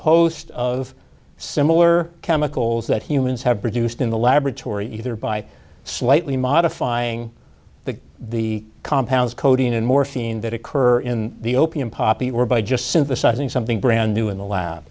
host of similar chemicals that humans have produced in the laboratory either by slightly modifying the the compounds coding in morphine that occur in the opium poppy or by just synthesizing something brand new in the lab